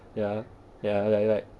ya ya like like